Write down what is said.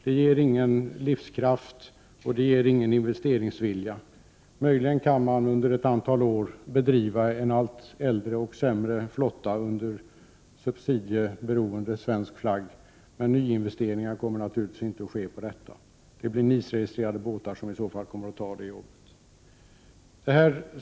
Det ger ingen livskraft eller investeringsvilja. Möjligen kan man under ett antal år bedriva verksamhet med en allt äldre och sämre flotta under subsidieberoende svensk flagg, men några nyinvesteringar kommer naturligtvis inte att ske. Det blir i så fall NIS-registrerade båtar som kommer att ta jobben.